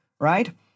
right